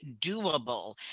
doable